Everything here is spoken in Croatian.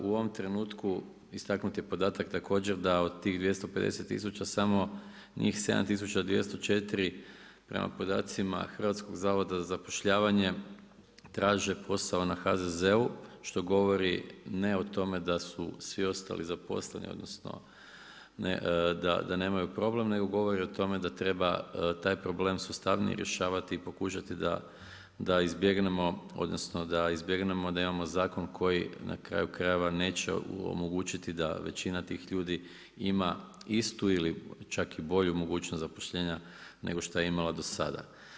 U ovom trenutku istaknut je podatak također da od tih 250 tisuća samo njih 7204 prema podacima Hrvatskog zavoda za zapošljavanje traže posao na HZZ-u što govori ne o tome da su svi ostali zaposleni, odnosno da nemaju problem nego govori o tome da treba taj problem sustavnije rješavati i pokušati da izbjegnemo, odnosno da izbjegnemo, da imamo zakon koji na kraju krajeva neće omogućiti da većina tih ljudi ima istu ili čak bolju mogućnost zaposlenja nego što je imala do sada.